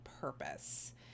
purpose